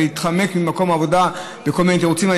להתחמק ממקום עבודה בכל מיני תירוצים.